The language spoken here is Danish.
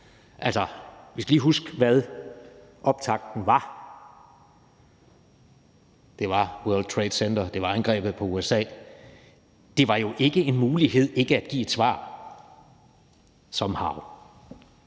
Altså, vi skal lige huske, hvad optakten var. Det var World Trade Center, det var angrebet på USA. Det var jo ikke en mulighed ikke at give et svar somehow.